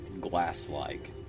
glass-like